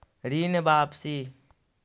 ऋण वापसी?